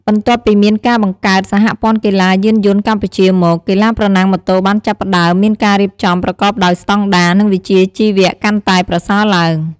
បន្ទាប់ពីមានការបង្កើត សហព័ន្ធកីឡាយានយន្តកម្ពុជាមក កីឡាប្រណាំងម៉ូតូបានចាប់ផ្តើមមានការរៀបចំប្រកបដោយស្តង់ដារ និងវិជ្ជាជីវៈកាន់តែប្រសើរឡើង។